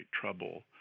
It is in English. trouble